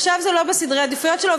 עכשיו זה לא בסדרי העדיפויות שלו,